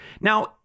Now